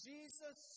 Jesus